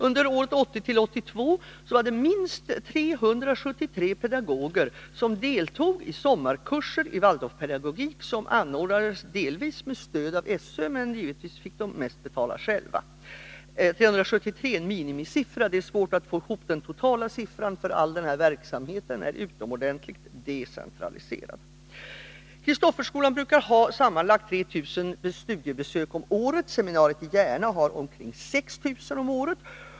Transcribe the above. Under åren 1980-1982 deltog minst 373 pedagoger i sommarkurser i Waldorfpedagogik, anordnade delvis med stöd av SÖ, men givetvis fick deltagarna betala det mesta själva. 373 är en minimisiffra. Det är svårt att få ihop det totala antalet, eftersom all denna verksamhet är ytterst decentraliserad. Kristofferskolan brukar ha sammanlagt 3 000 studiebesökare om året, seminariet i Järna 6 000 om året.